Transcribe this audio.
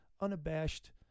unabashed